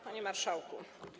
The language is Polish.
Panie Marszałku!